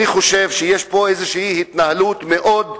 אני חושב שיש פה התנהלות מאוד,